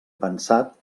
pensat